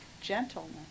gentleness